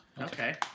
Okay